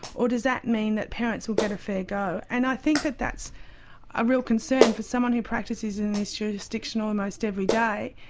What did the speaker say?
or does that mean that parents will get a fair go? and i think that that's a real concern for someone who practices in this jurisdiction almost every day,